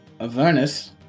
Avernus